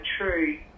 true